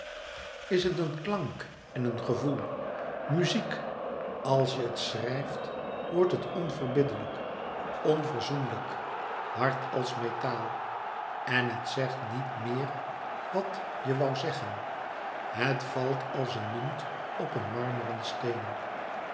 is het een klank en een gevoel muziek als je het schrijft wordt het onverbiddelijk onverzoenlijk hard louis couperus metamorfoze als metaal en het zegt niet meer wat je woû zeggen het valt als een munt op een marmeren steen